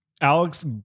Alex